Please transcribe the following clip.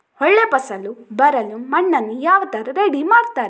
ಒಳ್ಳೆ ಫಸಲು ಬರಲು ಮಣ್ಣನ್ನು ಯಾವ ತರ ರೆಡಿ ಮಾಡ್ತಾರೆ?